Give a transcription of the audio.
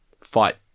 Fight